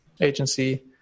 agency